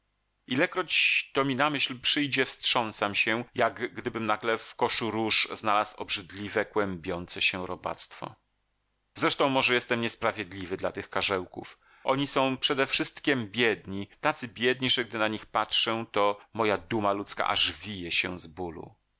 ciepłych stawów ilekroć to mi na myśl przyjdzie wstrząsam się jak gdybym nagle w koszu róż znalazł obrzydliwe kłębiące się robactwo zresztą może jestem niesprawiedliwy dla tych karzełków oni są przedewszystkiem biedni tacy biedni że gdy na nich patrzę to moja duma ludzka aż się wije z bólu